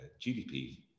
GDP